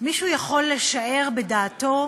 מישהו יכול לשער בדעתו